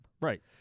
Right